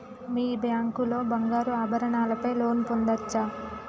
మీ bank లో బంగారు ఆభరణాల పై లోన్ పొందచ్చా?